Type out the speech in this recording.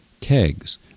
kegs